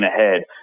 ahead